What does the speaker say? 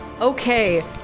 Okay